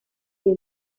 est